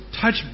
touch